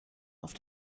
auf